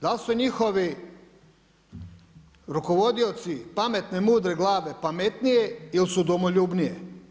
Dal su njihovi rukovodioci pametne mudre glave pametnije ili su domoljubnije?